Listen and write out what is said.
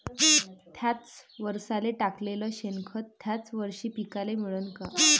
थ्याच वरसाले टाकलेलं शेनखत थ्याच वरशी पिकाले मिळन का?